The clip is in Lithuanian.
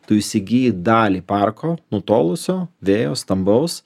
tu įsigyji dalį parko nutolusio vėjo stambaus